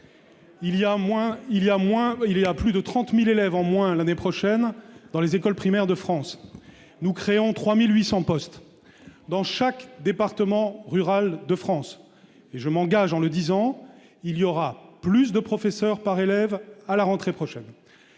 il y a plus de 30000 élèves en moins l'année prochaine dans les écoles primaires de France nous créons 3800 postes dans chaque département rural de France et je m'engage en le disant, il y aura plus de professeur par élève à la rentrée prochaine,